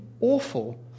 awful